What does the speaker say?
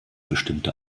bestimmte